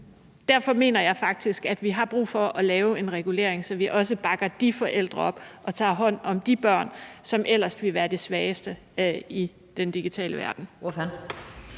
Derfor mener jeg faktisk, at vi har brug for at lave en regulering, så vi også bakker de forældre op og tager hånd om de børn, som ellers ville være de svageste i den digitale verden.